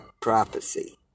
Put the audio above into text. prophecy